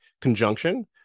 conjunction